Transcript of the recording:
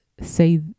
say